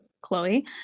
chloe